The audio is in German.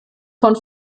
von